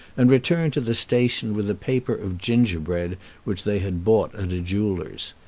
and returned to the station with a paper of gingerbread which they had bought at a jeweller's.